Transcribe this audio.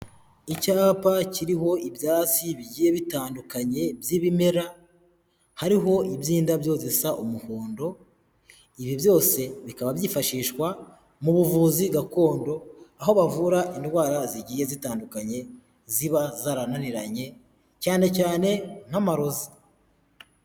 Icyapa kiriho ibyatsi bigiye bitandukanye by'ibimera, hariho iby'indabyo zisa umuhondo, ibi byose bikaba byifashishwa mu buvuzi gakondo, aho bavura indwara zigiye zitandukanye ziba zarananiranye cyane cyane nk'amarozi.